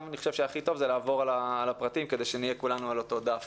אני חושב שהכי טוב זה לעבור על הפרטים כדי שנהיה כולנו על אותו דף.